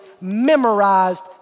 memorized